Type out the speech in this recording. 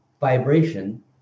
vibration